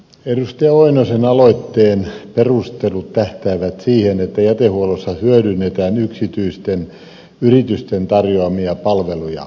oinosen aloitteen perustelut tähtäävät siihen että jätehuollossa hyödynnetään yksityisten yritysten tarjoamia palveluja